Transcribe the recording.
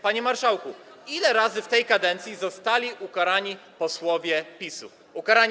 Panie marszałku, ile razy w tej kadencji zostali ukarani finansowo posłowie PiS-u?